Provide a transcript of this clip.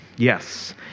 Yes